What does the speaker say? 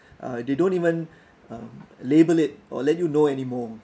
uh they don't even um label it or let you know anymore